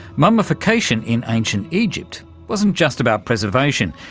mummification in ancient egypt wasn't just about preservation.